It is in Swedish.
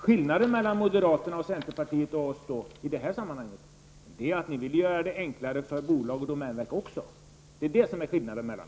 Skillnaden mellan moderaternas och centerpartiets uppfattning är att ni också vill göra det enklare för bolag och domänverk.